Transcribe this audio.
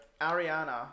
Ariana